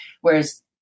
Whereas